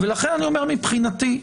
ולכן אני אומר, מבחינתי,